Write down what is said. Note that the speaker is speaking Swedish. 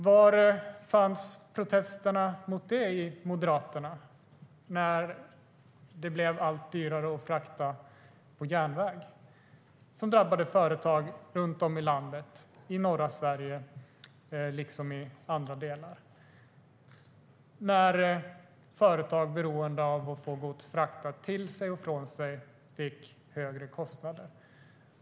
Var fanns protesterna från Moderaterna när det blev allt dyrare att frakta på järnväg? Det drabbade företag runt om i landet - i norra Sverige liksom i andra delar. Företag beroende av att få gods fraktat till sig och från sig fick högre kostnader.